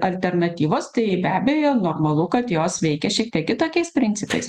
alternatyvos tai be abejo normalu kad jos veikia šiek tiek kitokiais principais